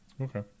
Okay